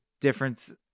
difference